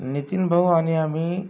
नितीनभाऊ आणि आम्ही